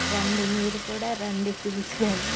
రండి మీరు కూడా రండి చూసి వెళ్ళండి